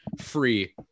free